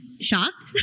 shocked